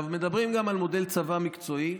מדברים גם על מודל צבא מקצועי.